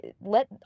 Let